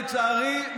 לצערי,